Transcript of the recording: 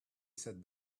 sat